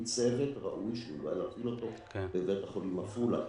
עם צוות ראוי שיידע להפעיל אותו בבית החולים עפולה.